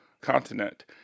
continent